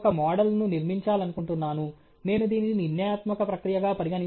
కాబట్టి మోడల్ను గుర్తించే క్రమమైన మార్గం కోసం నేను మీకు ఫ్లో చార్ట్ ఇస్తాను మరియు దీన్ని త్వరగా వివరిస్థాను